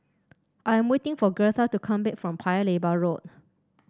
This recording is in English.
I am waiting for Gertha to come back from Paya Lebar Road